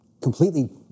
Completely